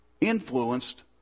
influenced